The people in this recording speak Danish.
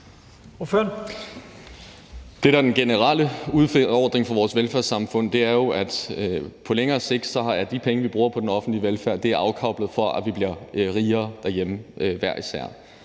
Det, der er den generelle udfordring for vores velfærdssamfund, er jo, at på længere sigt er de penge, vi bruger på den offentlige velfærd, afkoblet fra, at vi bliver rigere herhjemme hver især.